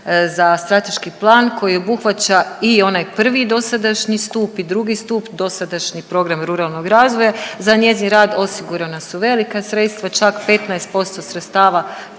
za strateški plan koji obuhvaća i onaj prvi dosadašnji stup i drugi stup dosadašnji program ruralnog razvoja. Za njezin rad osigurana su velika sredstva čak 15% sredstava